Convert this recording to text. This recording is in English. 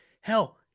hell